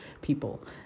people